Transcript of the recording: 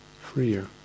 freer